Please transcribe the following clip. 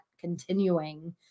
continuing